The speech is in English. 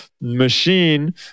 machine